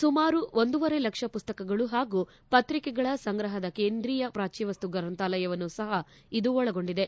ಸುಮಾರು ಒಂದೂವರೆ ಲಕ್ಷ ಪುಸ್ತಕಗಳು ಹಾಗೂ ಪತ್ರಿಕೆಗಳ ಸಂಗ್ರಹದ ಕೇಂದ್ರೀಯ ಪ್ರಾಚ್ಯವಸ್ತು ಗ್ರಂಥಾಲಯವನ್ನೂ ಸಹ ಇದು ಒಳಗೊಂಡಿದೆ